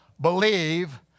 believe